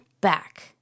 back